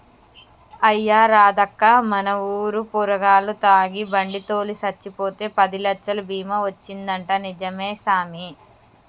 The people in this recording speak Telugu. అయ్యా రాదక్కా మన ఊరు పోరగాల్లు తాగి బండి తోలి సచ్చిపోతే పదిలచ్చలు బీమా వచ్చిందంటా నిజమే సామి